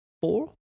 four